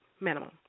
Minimum